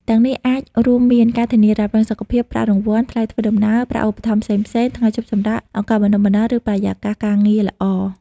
ទាំងនេះអាចរួមមាន ការធានារ៉ាប់រងសុខភាព ប្រាក់រង្វាន់ ថ្លៃធ្វើដំណើរ ប្រាក់ឧបត្ថម្ភផ្សេងៗ ថ្ងៃឈប់សម្រាក ឱកាសបណ្ដុះបណ្ដាល ឬបរិយាកាសការងារល្អ។